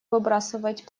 выбрасывать